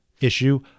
issue